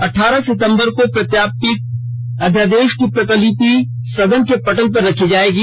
अठारह सिंतबर को प्रत्यापित अध्यादेशों की प्रतिलिपि सदन के पटल पर रखी जाएगी